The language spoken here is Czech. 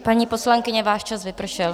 Paní poslankyně, váš čas vypršel.